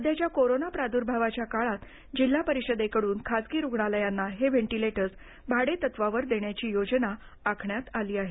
सध्याच्या कोरोना प्रादूर्भावाची काळात जिल्हा परिषदेकडून खासगी रुग्णालयांना हे व्हेन्टिलेटर्स भाडेतत्वावर देण्याची योजना आखण्यात आली आहे